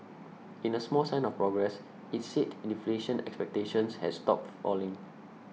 in a small sign of progress it said inflation expectations has stopped falling